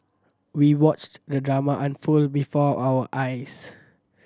we watched the drama unfold before our eyes